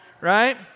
right